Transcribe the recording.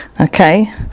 okay